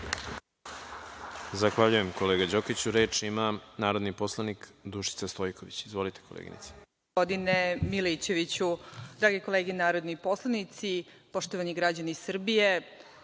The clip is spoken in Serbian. Zahvaljujem, kolega Đokiću. Reč ima narodni poslanik Dušica Stojković. Izvolite, koleginice.